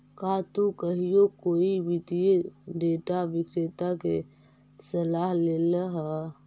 का तु कहियो कोई वित्तीय डेटा विक्रेता के सलाह लेले ह?